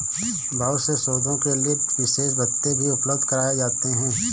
बहुत से शोधों के लिये विशेष भत्ते भी उपलब्ध कराये जाते हैं